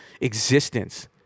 existence